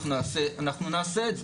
אנחנו נעשה את זה.